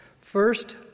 First